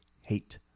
Hate